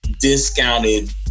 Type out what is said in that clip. discounted